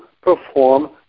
perform